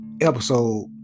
episode